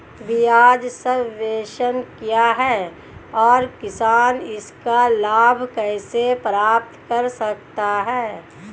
ब्याज सबवेंशन क्या है और किसान इसका लाभ कैसे प्राप्त कर सकता है?